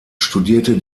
studierte